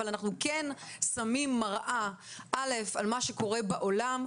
אנחנו כן שמים מראה על מה שקורה בעולם,